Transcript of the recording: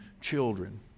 children